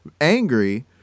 angry